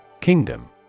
Kingdom